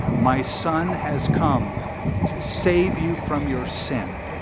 my son has come to save you from your sin